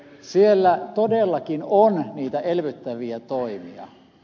siellä todellakin on niitä elvyttäviä toimia